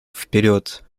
вперед